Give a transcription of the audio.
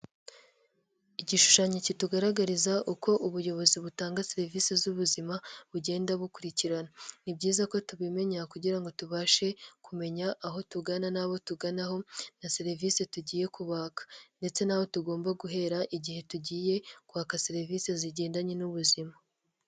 Igishushanyo kitugaragariza uko ubuyobozi butanga serivise z'ubuzima bugenda bukurikirana ni byiza ko tubimenya kugira ngo tubashe kumenya aho tugana n'abo tuganaho na serivise tugiye kubaka ndetse n'aho tugomba guhera igihe tugiye kwaka serivise zigendanye n'ubuzima.